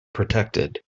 protected